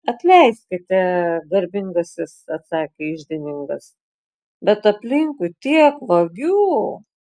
atleiskite garbingasis atsakė iždininkas bet aplinkui tiek vagių